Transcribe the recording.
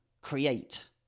create